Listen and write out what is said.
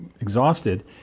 exhausted